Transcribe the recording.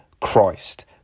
Christ